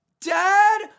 dad